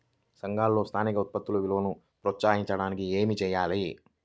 సంఘాలలో స్థానిక ఉత్పత్తుల విలువను ప్రోత్సహించడానికి ఏమి చేయాలి?